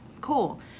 cool